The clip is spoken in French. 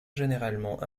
généralement